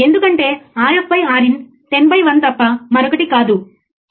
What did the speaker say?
oscilloscope సహాయం తీసుకొని మీరు చేయవచ్చు